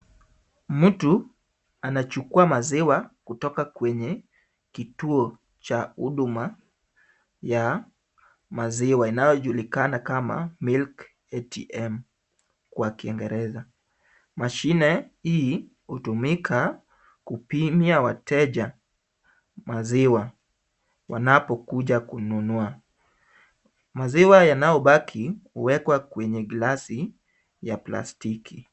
Mtu anachukua maziwa kutoka kwenye kituo cha huduma ya maziwa inayojulikana kama Milk ATM kwa kingereza. Mashine hii hutumika kupimia wateja maziwa wanapokuja kununua. Maziwa yanayobaki huwekwa kwenye glasi ya plastiki.